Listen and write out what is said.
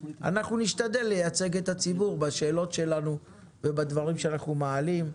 אנחנו נשתדל לייצג את הציבור בשאלות שלנו ובדברים שאנחנו מעלים.